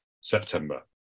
September